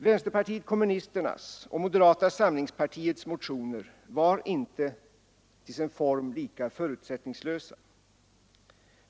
Vänsterpartiet kommunisternas och moderata samlingspartiets motioner var inte lika förutsättningslösa.